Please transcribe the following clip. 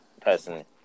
Personally